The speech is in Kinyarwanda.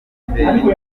makoperative